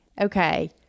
okay